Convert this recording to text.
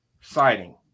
siding